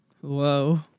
Whoa